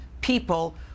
people